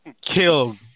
killed